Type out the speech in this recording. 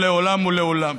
לעולם ולעולם.